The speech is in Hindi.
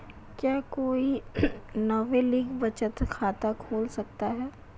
क्या कोई नाबालिग बचत खाता खोल सकता है?